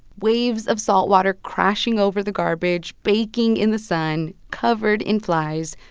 waves of saltwater crashing over the garbage, baking in the sun, covered in flies,